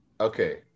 okay